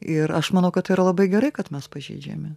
ir aš manau kad yra labai gerai kad mes pažeidžiami